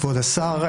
כבוד השר,